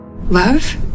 Love